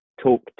talk